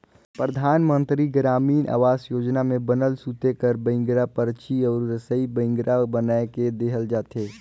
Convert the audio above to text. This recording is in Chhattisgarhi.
परधानमंतरी गरामीन आवास योजना में बनल सूते कर बइंगरा, परछी अउ रसई बइंगरा बनाए के देहल जाथे